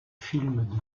films